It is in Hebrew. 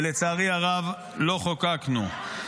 ולצערי הרב לא חוקקנו.